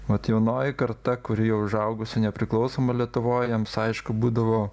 vat jaunoji karta kuri jau užaugusi nepriklausomoj lietuvoj jiems aišku būdavo